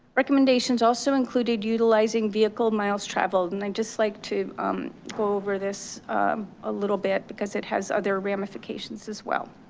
recommendations also included utilizing vehicle miles traveled and i just like to go over this a little bit because it has other ramifications as well.